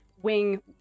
wing